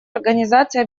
организации